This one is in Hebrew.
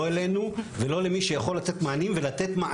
לא אלינו ולא למי שיכול לתת מענה לאותם